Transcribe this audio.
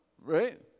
right